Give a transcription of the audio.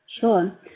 Sure